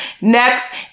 Next